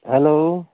hello